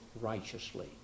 righteously